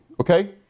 okay